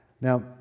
Now